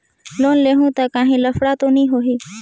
Loan लेहूं ता काहीं लफड़ा तो नी होहि?